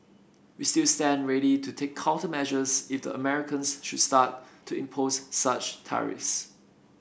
we still stand ready to take countermeasures if the Americans should start to impose such tariffs